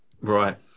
Right